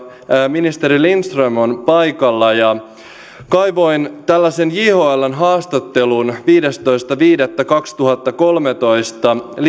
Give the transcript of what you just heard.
ministeri lindström on paikalla kaivoin tällaisen jhln haastattelun viidestoista viidettä kaksituhattakolmetoista